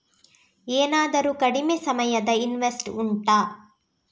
ಏನಾದರೂ ಕಡಿಮೆ ಸಮಯದ ಇನ್ವೆಸ್ಟ್ ಉಂಟಾ